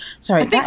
sorry